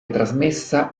trasmessa